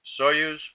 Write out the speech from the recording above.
Soyuz